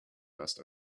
must